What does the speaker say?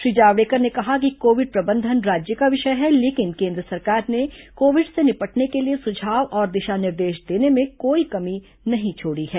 श्री जावड़ेकर ने कहा कि कोविड प्रबंधन राज्य का विषय है लेकिन केन्द्र सरकार ने कोविड से निपटने के लिए सुझाव और दिशा निर्देश देने में कोई कमी नहीं छोडी है